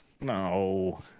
No